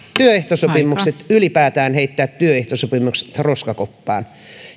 työehtosopimukset ylipäätään heittää työehtosopimukset roskakoppaan